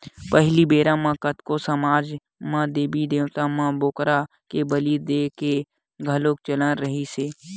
पहिली बेरा म कतको समाज म देबी देवता म बोकरा के बली देय के घलोक चलन रिहिस हे